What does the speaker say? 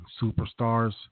superstars